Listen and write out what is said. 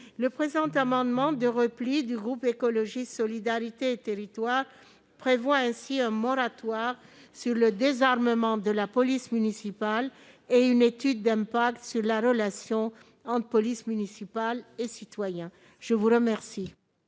Le présent amendement de repli du groupe Écologiste - Solidarité et Territoires tend ainsi à prévoir un moratoire sur le désarmement de la police municipale et une étude d'impact sur la relation entre police municipale et citoyens. Quel